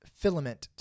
filament